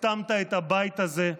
הכתמת את הבית הזה,